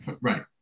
right